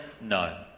no